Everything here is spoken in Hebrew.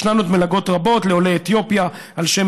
ישנן עוד מלגות רבות: לעולי אתיופיה על שם